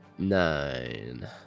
Nine